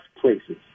places